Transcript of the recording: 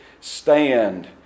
Stand